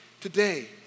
today